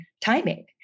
timing